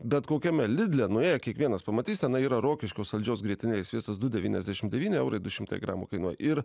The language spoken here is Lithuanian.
bet kokiame lidle nuėję kiekvienas pamatys tenai yra rokiškio saldžios grietinėlės sviestas du devyniasdešim devyni eurai du šimtai gramų kainuoja ir